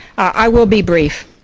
i will be brief.